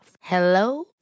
Hello